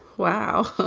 wow.